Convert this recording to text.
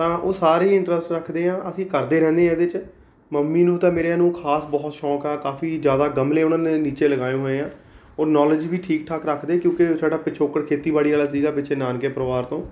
ਤਾਂ ਉਹ ਸਾਰੇ ਇੰਟਰਸਟ ਰੱਖਦੇ ਆ ਅਸੀਂ ਕਰਦੇ ਰਹਿੰਦੇ ਹਾਂ ਇਹਦੇ 'ਚ ਮੰਮੀ ਨੂੰ ਤਾਂ ਮੇਰਿਆਂ ਨੂੰ ਖਾਸ ਬਹੁਤ ਸ਼ੌਕ ਆ ਕਾਫੀ ਜ਼ਿਆਦਾ ਗਮਲੇ ਉਹਨਾਂ ਨੇ ਨੀਚੇ ਲਗਾਏ ਹੋਏ ਆ ਉਹ ਨੋਲੇਜ ਵੀ ਠੀਕ ਠਾਕ ਰੱਖਦੇ ਕਿਉਂਕਿ ਸਾਡਾ ਪਿਛੋਕੜ ਖੇਤੀਬਾੜੀ ਵਾਲਾ ਸੀਗਾ ਪਿੱਛੇ ਨਾਨਕੇ ਪਰਿਵਾਰ ਤੋਂ